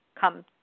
come